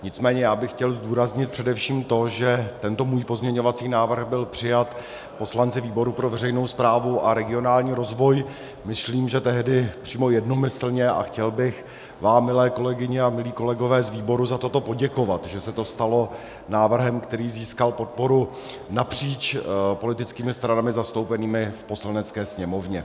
Nicméně já bych chtěl zdůraznit především to, že tento můj pozměňovací návrh byl přijat poslanci výboru pro veřejnou správu a regionální rozvoj, myslím, že tehdy přímo jednomyslně, a chtěl bych vám, milé kolegyně a milí kolegové, z výboru, za toto poděkovat, že se to stalo návrhem, který získal podporu napříč politickými stranami zastoupenými v Poslanecké sněmovně.